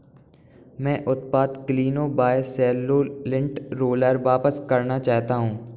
मैं उत्पाद Cleano by Cello lint roller वापस करना चाहता हूँ